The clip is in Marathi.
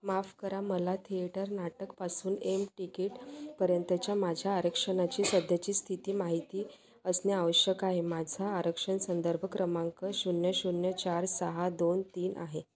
माफ करा मला थिएटर नाटकपासून एम टिकीट पर्यंतच्या माझ्या आरक्षणाची सध्याची स्थिती माहिती असणे आवश्यक आहे माझा आरक्षण संदर्भ क्रमांक शून्य शून्य चार सहा दोन तीन आहे